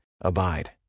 Abide